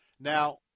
Now